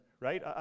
right